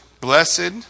Blessed